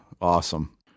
Awesome